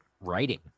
writing